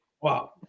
Wow